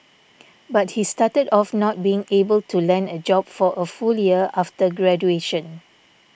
but he started off not being able to land a job for a full year after graduation